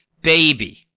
baby